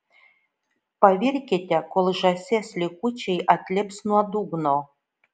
pavirkite kol žąsies likučiai atlips nuo dugno